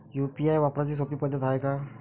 UPI वापराची सोपी पद्धत हाय का?